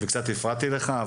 וקצת הפרעתי לך.